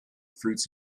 fruits